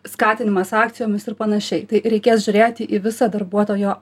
skatinimas akcijomis ir panašiai tai reikės žiūrėti į visą darbuotojo